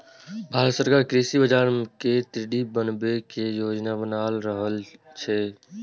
भांरत सरकार कृषि बाजार कें दृढ़ बनबै के योजना बना रहल छै